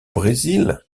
brésil